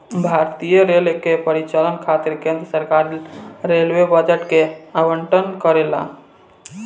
भारतीय रेलवे के परिचालन खातिर केंद्र सरकार रेलवे बजट के आवंटन करेला